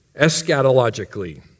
eschatologically